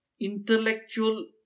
Intellectual